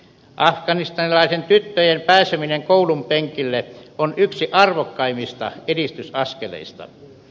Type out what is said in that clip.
afganistanilaisten tyttöjen pääseminen koulun penkille on yksi arvokkaimmista edistysaskeleista